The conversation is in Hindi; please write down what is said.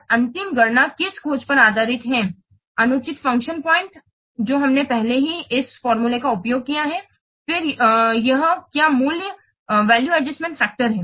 और अंतिम गणना किस खोज पर आधारित है अनुचित फ़ंक्शन पॉइंट जो हमने पहले ही इस सूत्र का उपयोग किया है फिर यह क्या मूल्य समायोजन कारक